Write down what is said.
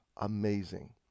amazing